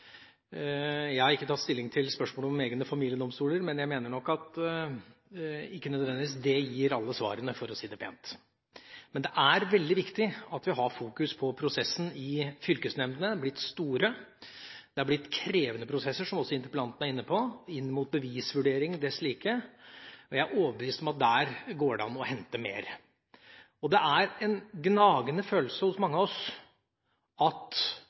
Jeg har ikke tatt stilling til spørsmålet om egne familiedomstoler, men jeg mener nok at det ikke nødvendigvis gir alle svarene – for å si det pent. Men det er veldig viktig at vi har fokus på prosessen i fylkesnemndene. Det er blitt store, krevende prosesser – som også interpellanten var inne på – inn mot bevisvurdering og slikt, og jeg er overbevist om at der går det an å hente mer. Det er en gnagende følelse hos mange av oss at